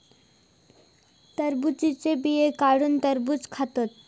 टरबुजाचे बिये काढुन टरबुज खातत